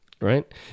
Right